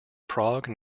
prague